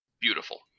beautiful